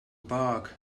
bark